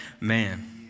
man